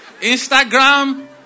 Instagram